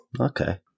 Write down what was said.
Okay